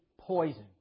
poison